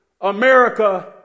America